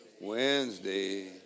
Wednesday